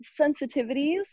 sensitivities